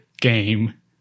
game